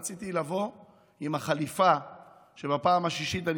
רציתי לבוא עם החליפה שבפעם השישית אני